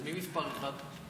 מי מס' 1?